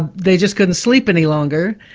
ah they just couldn't sleep any longer,